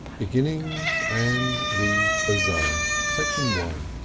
beginnings, and the bazaar section one.